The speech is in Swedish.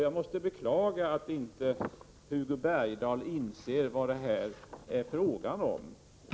Jag måste beklaga att Hugo Bergdahl inte inser vad detta är fråga om.